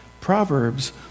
Proverbs